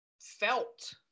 felt